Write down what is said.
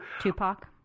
Tupac